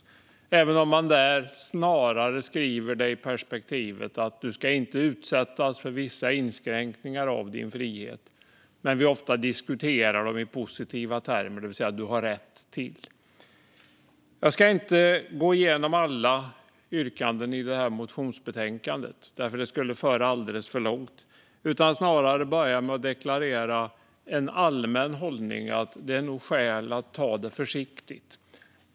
Där beskriver man det snarare i perspektivet att du inte ska utsättas för vissa inskränkningar av din frihet, medan vi ofta diskuterar det i positiva termer, det vill säga vad du har rätt till. Jag ska inte gå igenom alla yrkanden i detta motionsbetänkande, för det skulle föra alldeles för långt. Jag ska snarare börja med att deklarera en allmän hållning: Det är nog skäl att ta det försiktigt.